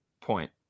point